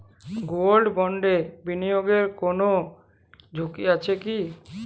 Gold বন্ডে বিনিয়োগে কোন ঝুঁকি আছে কি?